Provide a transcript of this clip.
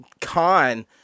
con